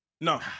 No